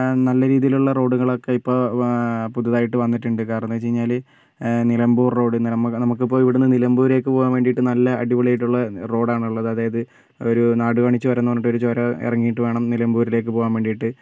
നല്ല രീതിയിലുള്ള റോഡുകളൊക്കെ ഇപ്പോൾ പുതിതായിട്ട് വന്നിട്ടുണ്ട് കാരണംന്ന് വെച്ചുകഴിഞ്ഞാൽ നിലമ്പൂർ റോഡ് നമുക് നമുക്കിപ്പോൾ ഇവിടുന്ന് നിലമ്പൂരേക്ക് പോവാൻ വേണ്ടീട്ട് നല്ല അടിപൊളിയായിട്ടുള്ള റോഡാണുള്ളത് അതായത് ഒരു നാടുവാണി ചൊരംന്ന് പറഞ്ഞിട്ട് ഒരു ചൊരം എറങ്ങീട്ട് വേണം നിലമ്പൂരിലേക്ക് പോവാൻ മേണ്ടീട്ട്